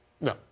No